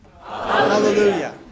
Hallelujah